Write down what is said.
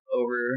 over